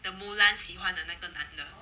the mulan 喜欢的那个男的